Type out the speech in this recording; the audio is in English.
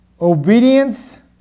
obedience